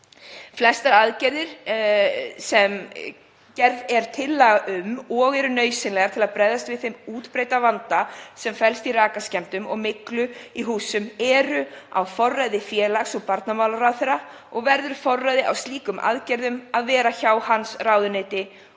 Flestar aðgerðir sem gerð er tillaga um og eru nauðsynlegar til að bregðast við þeim útbreidda vanda sem felst í rakaskemmdum og myglu í húsum eru á forræði félags- og barnamálaráðherra og verður forræði á slíkum aðgerðum að vera hjá ráðuneyti hans,